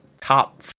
top